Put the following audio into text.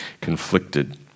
conflicted